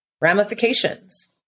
ramifications